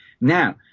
Now